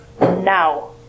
Now